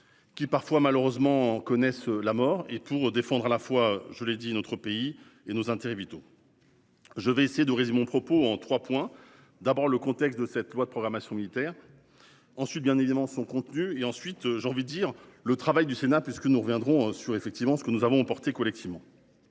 Qui parfois malheureusement connaissent la mort et pour défendre à la fois je l'ai dit, notre pays et nos intérêts vitaux. Je vais essayer de résume mon propos en 3 points. D'abord le contexte de cette loi de programmation militaire. Ensuite, bien évidemment, son contenu et ensuite j'ai envie de dire le travail du Sénat puisque nous reviendrons sur effectivement ce que nous avons porté collectivement.